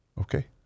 Okay